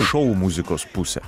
šou muzikos pusę